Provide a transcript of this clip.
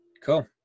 cool